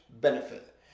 benefit